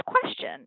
question